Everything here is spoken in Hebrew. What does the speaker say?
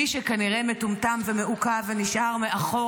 מי שכנראה מטומטם ומעוכב ונשאר מאחור